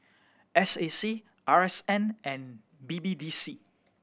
S A C R S N and B B D C